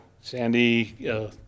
Sandy